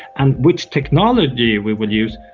and which technology we will use,